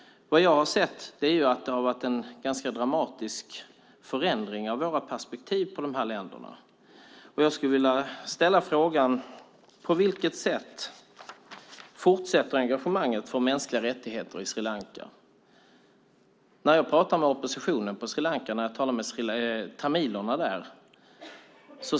Vad jag har sett är att det har skett en ganska dramatisk förändring av våra perspektiv på dessa länder. Jag skulle vilja ställa frågan: På vilket sätt fortsätter engagemanget för mänskliga rättigheter i Sri Lanka? Jag har pratat med oppositionen i Sri Lanka, tamilerna.